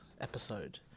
episode